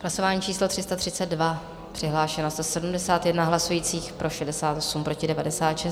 Hlasování číslo 332, přihlášeno 171 hlasujících, pro 68, proti 96.